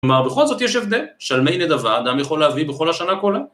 מה, בכל זאת יש הבדל? שלמי נדבה אדם יכול להביא בכל השנה כולה